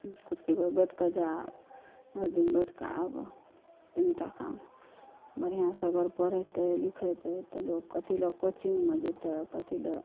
कुर्सी पर बैठ कऽ जा भरि दिन बैठ कऽ आबऽ टकामे बढ़िआँसँ अगर पढ़ेतै लिखेतै तऽ लोक कथिला कोचिंगमे जेतै आ कथिला